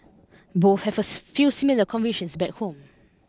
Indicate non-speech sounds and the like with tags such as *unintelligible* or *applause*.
both have a *unintelligible* few similar convictions back home